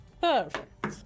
perfect